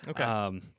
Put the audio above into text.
Okay